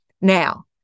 Now